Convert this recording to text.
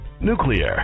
nuclear